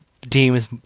deems